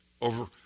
over